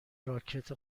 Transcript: راکت